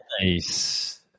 Nice